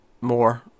more